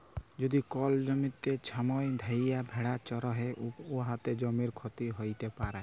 যদি কল জ্যমিতে ছময় ধ্যইরে ভেড়া চরহে উয়াতে জ্যমির ক্ষতি হ্যইতে পারে